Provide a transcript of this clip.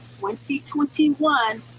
2021